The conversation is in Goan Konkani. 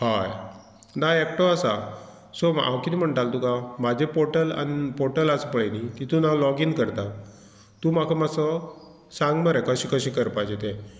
हय ना एकटो आसा सो हांव किदें म्हणटा तुका म्हाजें पोर्टल पोर्टल आसा पळय न्ही तितून हांव लॉगीन करता तूं म्हाका मातसो सांग मरे कशें कशें करपाचें तें